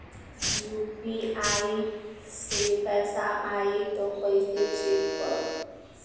UPI से पैसा आई त कइसे चेक खरब?